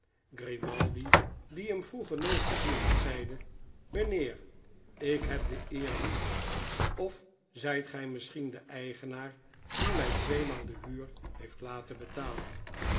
grimaldi die hem vroeger nooit gezien had zeide mijnheer ik heb de eer niet of zijt gij misschien de eigenaar die mij tweemaal de huur heeft laten betalen